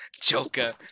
Joker